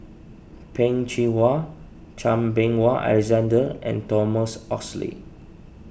Peh Chin Hua Chan Meng Wah Alexander and Thomas Oxley